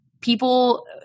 people